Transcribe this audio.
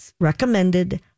recommended